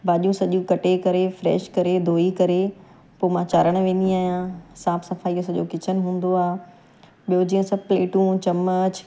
भाॼियूं सॼियूं कटे करे फ्रैश करे धोई करे पोइ मां चाढ़णु वेंदी आहियां साफ़ु सफ़ाई सॼो किचन हूंदो आहे ॿियो जीअं सभु प्लेटूं चमिच